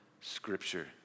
Scripture